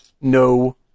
no